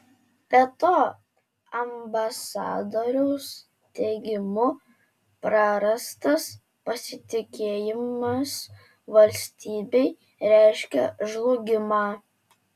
be to ambasadoriaus teigimu prarastas pasitikėjimas valstybei reiškia žlugimą